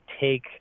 take